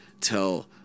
tell